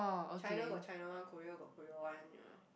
China got China one Korea got Korea one you know